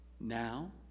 Now